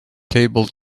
table